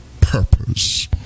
purpose